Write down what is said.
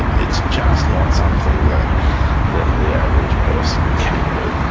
it's just not something that the the average person can do,